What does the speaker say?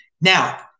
Now